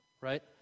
right